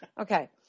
Okay